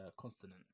consonant